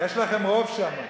יש לכם רוב שמה.